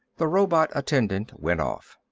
the robot attendant went off.